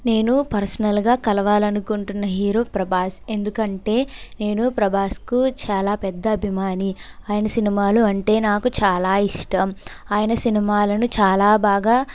నేను పర్సనల్గా కలవాలనుకుంటున్న హీరో ప్రభాస్ ఎందుకంటే నేను ప్రభాస్కు చాలా పెద్ద అభిమాని ఆయన సినిమాలు అంటే నాకు చాలా ఇష్టం ఆయన సినిమాలను చాలా బాగా